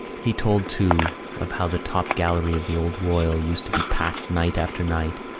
he told too of how the top gallery of the old royal used to be packed night after night,